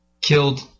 killed